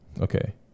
Okay